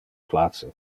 place